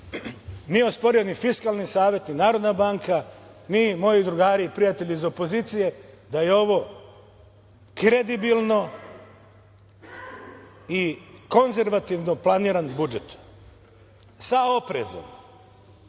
nije osporio ni Fiskalni savet, ni Narodna banka, ni moji drugari, prijatelji iz opozicije da je ovo kredibilno i konzervativno planiran budžet, sa oprezom.